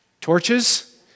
Torches